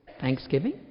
thanksgiving